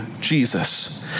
Jesus